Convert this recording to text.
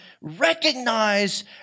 recognize